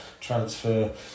transfer